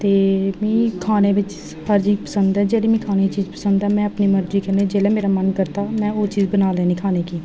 ते मीं खाने बिच हर चीज़ पसंद ऐ जेह्ड़ी में खन्नी होन्नी जेह्ड़ी चीज़ मीं पसंद ऐ जिसलै मेरा मन करदा ओह् चीज़ बनाई लैन्नी खाने गी